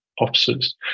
officers